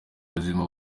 buzima